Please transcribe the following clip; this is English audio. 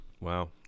Wow